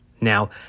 now